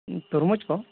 ᱛᱩᱨᱢᱩᱡᱽ ᱠᱚ